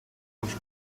hoş